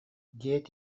диэт